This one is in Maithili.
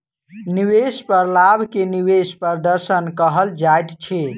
निवेश पर लाभ के निवेश प्रदर्शन कहल जाइत अछि